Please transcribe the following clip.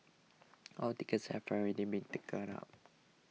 all tickets have already been taken up